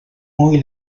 muy